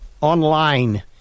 online